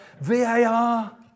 VAR